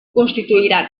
constituirà